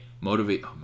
Motivate